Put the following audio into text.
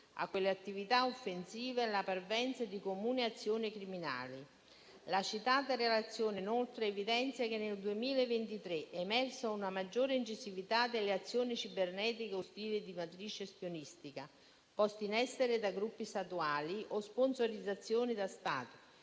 a quelle attività offensive la parvenza di comuni azioni criminali. La citata relazione evidenzia inoltre che nel 2023 è emersa una maggiore incisività delle azioni cibernetiche ostili di matrice spionistica poste in essere da gruppi statuali o sponsorizzati da Stati